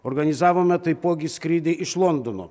organizavome taipogi skrydį iš londono